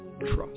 trust